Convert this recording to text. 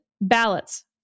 ballots